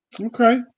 Okay